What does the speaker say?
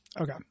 Okay